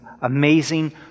amazing